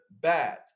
bad